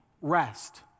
Rest